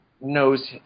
knows